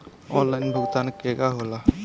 Online भुगतान केगा होला?